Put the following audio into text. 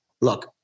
Look